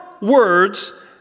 words